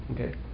Okay